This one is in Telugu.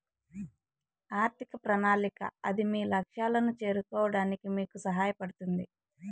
ఆర్థిక ప్రణాళిక అది మీ లక్ష్యాలను చేరుకోవడానికి మీకు సహాయపడుతుంది